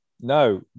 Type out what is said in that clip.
No